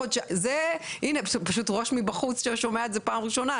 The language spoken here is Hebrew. פשוט ראש מבחוץ ששומע את זה בפעם הראשונה,